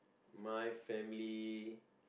my family